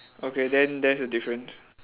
okay then there's the difference